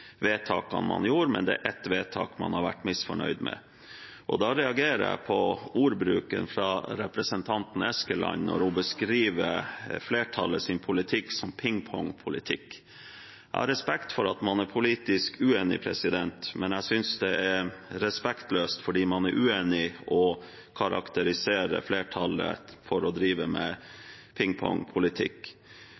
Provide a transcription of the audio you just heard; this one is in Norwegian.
vedtakene man gjorde, men det er ett vedtak man har vært misfornøyd med. Da reagerer jeg på ordbruken fra representanten Eskeland når hun beskriver flertallets politikk som «pingpongpolitikk». Jeg har respekt for at man er politisk uenig, men jeg synes det er respektløst fordi om man er uenig, å si at flertallet driver med